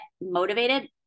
motivated